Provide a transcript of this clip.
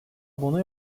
buna